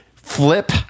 Flip